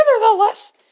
Nevertheless